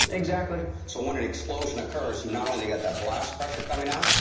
exactly. so when an explosion occurs, you not only got that blast pressure coming out,